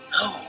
No